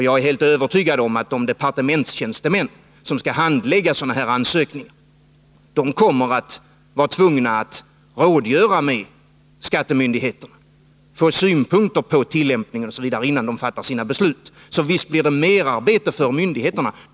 Jag är helt övertygad om att de departementtjänstemän som skall handlägga sådana här ansökningar kommer att vara tvungna att rådgöra med skattemyndigheterna och få synpunkter på tillämpningen osv., innan de fattar sina beslut. Så visst blir det mera arbete för myndigheterna.